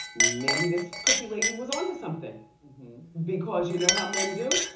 maybe this cookie lady was on to something because you know how men do?